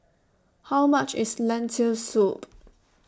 How much IS Lentil Soup